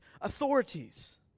authorities